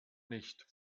nicht